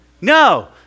No